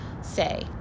say